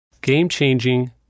Game-changing